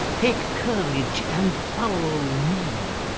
take courage and follow me.